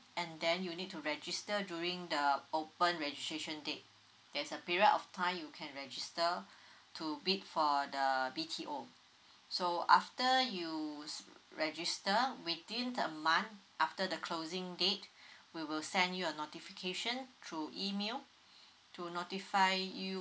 and then you need to register during the open registration day there's a period of time you can register to bid for the uh BTO so after you register within a month after the closing date we will send you a notification through email to notify you